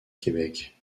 québec